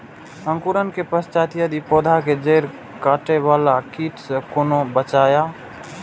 अंकुरण के पश्चात यदि पोधा के जैड़ काटे बाला कीट से कोना बचाया?